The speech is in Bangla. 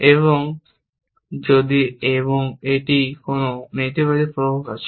এবং যদি এটি কোন নেতিবাচক প্রভাব আছে